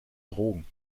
drogen